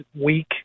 week